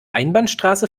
einbahnstraße